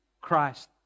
Christ